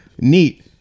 Neat